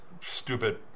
stupid